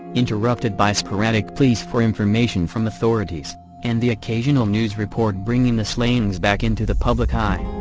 interrupted by sporadic pleas for information from authorities and the occasional news report bringing the slayings back into the public eye.